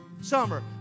Summer